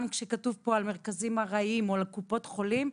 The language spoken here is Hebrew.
גם כשכתוב פה על מרכזים ארעיים או על קופות חולים,